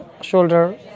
shoulder